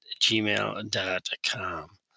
gmail.com